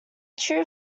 true